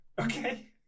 Okay